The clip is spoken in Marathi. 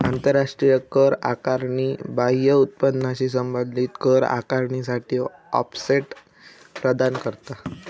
आंतराष्ट्रीय कर आकारणी बाह्य उत्पन्नाशी संबंधित कर आकारणीसाठी ऑफसेट प्रदान करता